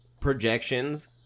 projections